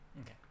Okay